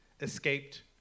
escaped